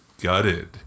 gutted